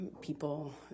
people